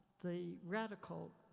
the radical,